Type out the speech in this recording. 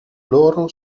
loro